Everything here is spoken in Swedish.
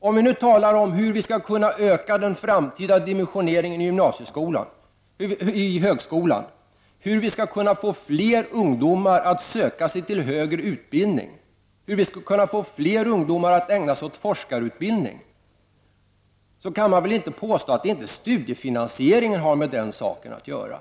Om vi nu talar om hur vi skall kunna öka den framtida dimensioneringen av högskolan, hur vi skall få fler ungdomar att söka sig till högre utbildning och hur vi skall få fler ungdomar att ägna sig åt forskarutbildning, kan man inte påstå att studiefinansieringen inte har med den saken att göra.